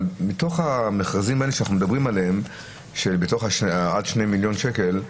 אבל מתוך המכרזים עד שני מיליון שקל,